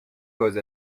causes